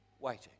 Waiting